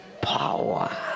power